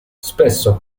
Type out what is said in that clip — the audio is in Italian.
spesso